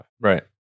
right